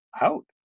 out